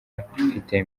afite